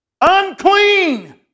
unclean